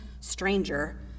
stranger